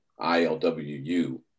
ILWU